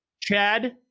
chad